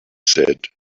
said